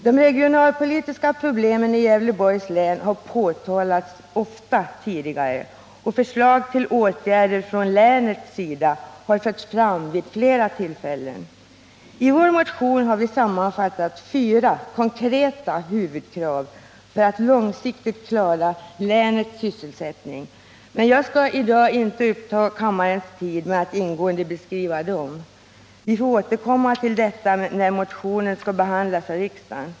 De regionalpolitiska problemen i Gävleborgs län har ofta påtalats tidigare, och förslag till åtgärder från länets sida har förts fram vid flera tillfällen. I vår motion har vi sammanfattat fyra konkreta huvudkrav som bör uppfyllas för att man långsiktigt skall klara länets sysselsättning, men jag skall i dag inte uppta kammarens tid med att ingående beskriva dem. Vi får återkomma till detta när motionen skall behandlas av riksdagen.